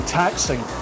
taxing